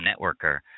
networker